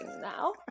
now